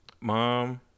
Mom